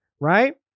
right